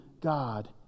God